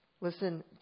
Listen